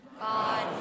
God